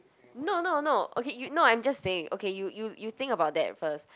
no no no okay you no I'm just saying okay you you you you think about that first